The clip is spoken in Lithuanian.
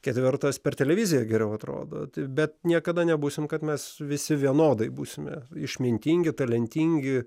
ketvirtas per televiziją geriau atrodo bet niekada nebūsim kad mes visi vienodai būsime išmintingi talentingi